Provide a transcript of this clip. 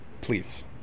please